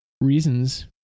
reasons